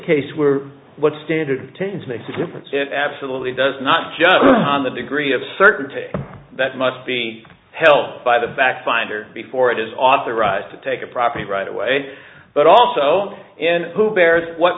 case where what standard makes a difference it absolutely does not judge on the degree of certainty that must be held by the back finder before it is authorized to take a property right away but also in who bears what